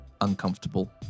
uncomfortable